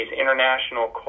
international